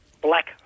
black